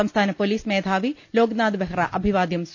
സംസ്ഥാന പൊലീസ് മേധാവി ലോക്നാഥ് ബെഹ്റ അഭിവാദ്യം സ്വീകരിച്ചു